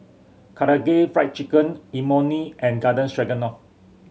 Karaage Fried Chicken Imoni and Garden Stroganoff